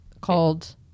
Called